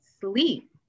sleep